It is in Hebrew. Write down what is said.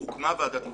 - הוקמה ועדת איתור.